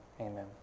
amen